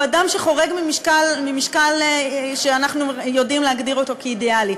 הוא אדם שחורג ממשקל שאנחנו יודעים להגדיר אותו כאידיאלי.